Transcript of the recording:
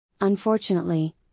Unfortunately